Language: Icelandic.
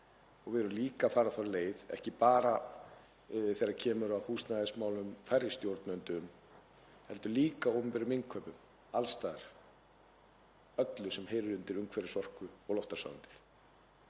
Við erum líka að fara þá leið, ekki bara þegar kemur að húsnæðismálum, færri stjórnendum, heldur líka opinberum innkaupum, alls staðar, í öllu sem heyrir undir umhverfis-, orku- og loftslagsráðuneytið.